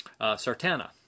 sartana